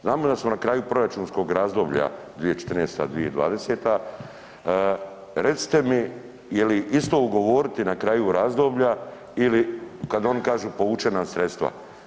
Znamo da smo na kraju proračunskog razdoblja 2014.-2020., recite mi je li isto ugovoriti na kraju razdoblja ili kad oni kažu povučena sredstva?